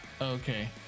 okay